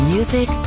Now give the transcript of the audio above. Music